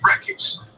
records